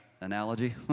analogy